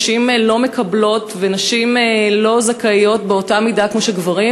נשים לא מקבלות ולא זכאיות באותה מידה כמו גברים.